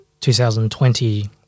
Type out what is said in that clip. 2020